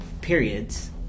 periods